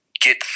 get